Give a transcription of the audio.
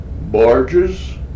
barges